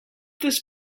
this